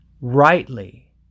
rightly